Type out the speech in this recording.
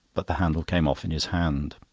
but the handle came off in his hand.